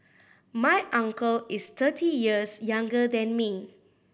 my uncle is thirty years younger than me